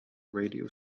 radio